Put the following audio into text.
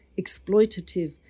exploitative